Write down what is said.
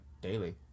daily